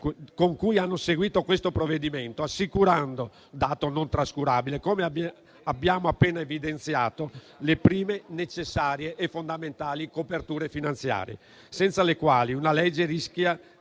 con cui hanno seguito questo provvedimento, assicurando, dato non trascurabile, come abbiamo appena evidenziato, le prime necessarie e fondamentali coperture finanziarie, senza le quali una legge rischia